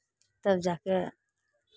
तब जा कऽ